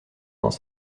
dans